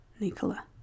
Nicola